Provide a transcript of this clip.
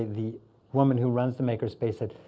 the woman who runs the makerspace said,